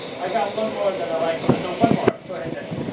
i got one more that i like a lot. no one more, go ahead, take